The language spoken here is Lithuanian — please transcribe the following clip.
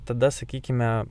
tada sakykime